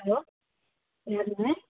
hello என்னதுங்க